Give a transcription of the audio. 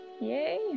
yay